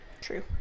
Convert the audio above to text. True